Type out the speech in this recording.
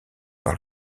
par